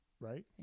Right